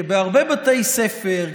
כי בהרבה בתי ספר,